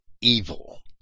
evil